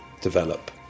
develop